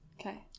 Okay